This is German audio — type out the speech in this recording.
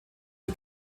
der